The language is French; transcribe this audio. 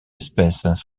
espèces